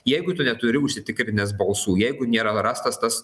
jeigu tu neturi užsitikrinęs balsų jeigu nėra rastas tas